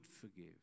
forgive